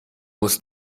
muss